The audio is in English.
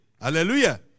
hallelujah